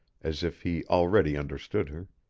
as if he already understood her.